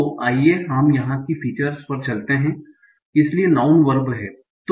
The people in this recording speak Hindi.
तो आइए हम यहाँ की फीचर्स पर चलते हैं इसलिए नाऊँन वर्ब हैं